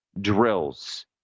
drills